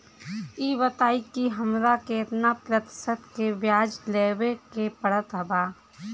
ई बताई की हमरा केतना प्रतिशत के ब्याज देवे के पड़त बा?